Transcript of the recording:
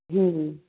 ਹੂੰ